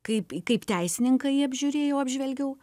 kaip kaip teisininką jį apžiūrėjau apžvelgiau